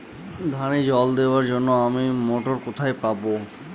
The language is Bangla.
ধানে জল দেবার জন্য আমি মটর কোথায় পাবো?